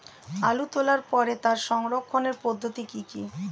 আলু তোলার পরে তার সংরক্ষণের পদ্ধতি কি কি?